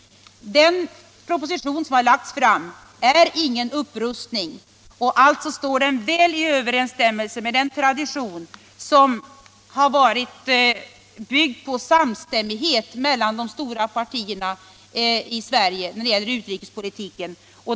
Den proposition som lagts fram innebär ingen upprustning, och den står alltså väl i överensstämmelse med den tradition som har varit byggd på samstämmighet mellan de stora partierna i Sverige när det gäller utrikespolitiken.